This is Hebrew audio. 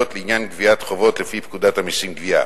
לעניין גביית חובות לפי פקודת המסים (גבייה).